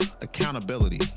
accountability